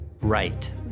right